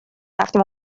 رفتیم